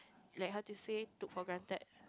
like how to say took for granted